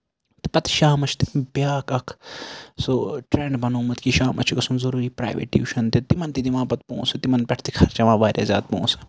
پَتہٕ شامَس چھِ تِم بیاکھ اکھ سُہ ٹرینڈ بَنومُت کہِ شامَس چھُ گژھُن ضروٗری پریویٹ ٹوٗشَن تہِ تہٕ تِمن تہِ دِمہٕ ہا پتہٕ پونسہٕ تِمن پٮ۪ٹھ تہِ خرچاون واریاہ زیادٕ پونسہٕ